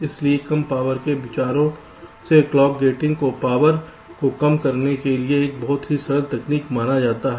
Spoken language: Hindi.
लेकिन कम पावर के विचारों से क्लॉक गेटिंग को पावर को कम करने के लिए एक बहुत ही सरल तकनीक माना जाता है